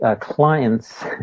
clients